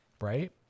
right